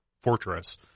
fortress